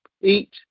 eat